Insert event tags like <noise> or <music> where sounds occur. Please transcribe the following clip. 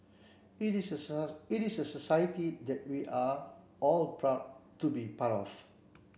it is a <unintelligible> it is a society that we are all proud to be part of